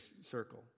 circle